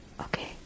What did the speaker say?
okay